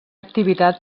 activitat